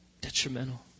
detrimental